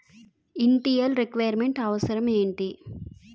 Initial requirement అవసరం ఎంటి?